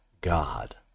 God